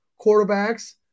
quarterbacks